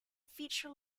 feature